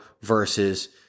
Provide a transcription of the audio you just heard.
versus